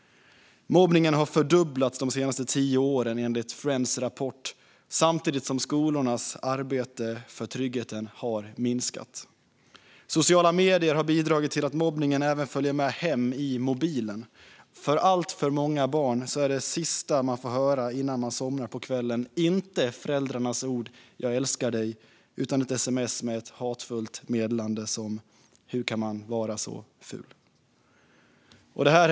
Mobbningen har fördubblats de senaste tio åren, enligt Friends rapport, samtidigt som skolornas arbete för tryggheten har minskat. Sociala medier har bidragit till att mobbningen även följer med hem i mobilen. För alltför många barn är inte det sista de får höra innan de somnar på kvällen förälderns ord "jag älskar dig", utan de får ett sms med ett hatfullt meddelande: Hur kan man vara så ful? Herr talman!